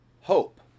hope